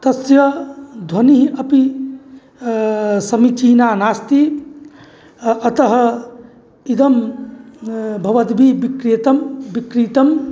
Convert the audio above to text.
तस्य ध्वनिः अपि समीचीना नास्ति अतः इदं भवद्भिः विक्रीतं विक्रीतं